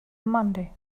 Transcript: monday